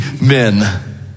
men